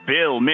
Bill